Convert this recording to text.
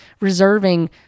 reserving